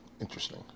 Interesting